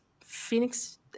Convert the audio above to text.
phoenix